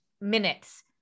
Minutes